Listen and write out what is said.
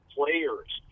players